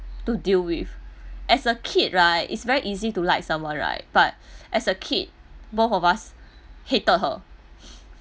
to deal with as a kid right it's very easy to like someone right but as a kid both of us hated her